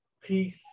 peace